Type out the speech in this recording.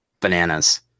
bananas